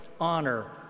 honor